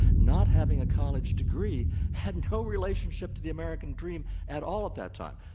not having a college degree had no relationship to the american dream at all at that time.